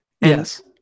Yes